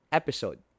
episode